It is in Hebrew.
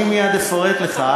אני מייד אפרט לך,